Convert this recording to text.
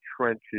trenches